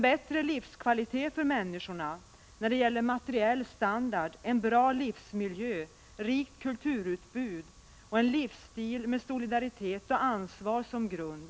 Andra förutsättningar är en bättre livskvalitet vad gäller såväl materiell standard, en bra livsmiljö som ett rikt kulturutbud samt en livsstil med solidaritet och ansvar som grund.